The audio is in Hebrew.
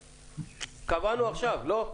קבענו עכשיו, לא?